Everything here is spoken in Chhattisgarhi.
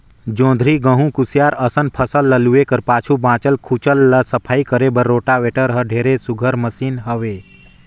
जोंधरी, गहूँ, कुसियार असन फसल ल लूए कर पाछू बाँचल खुचल ल सफई करे बर रोटावेटर हर ढेरे सुग्घर मसीन हवे